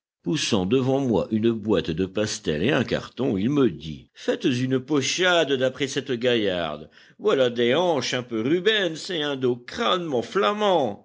poussant devant moi une boîte de pastel et un carton il me dit faites une pochade d'après cette gaillarde voilà des hanches un peu rubens et un dos crânement flamand